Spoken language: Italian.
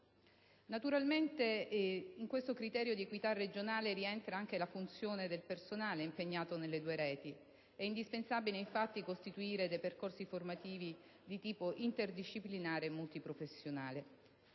Naturalmente, in questo criterio di equità regionale rientra anche la formazione del personale impegnato nelle due reti. È indispensabile infatti costituire dei percorsi formativi di tipo interdisciplinare multiprofessionale.